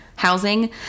Housing